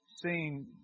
seeing